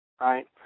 right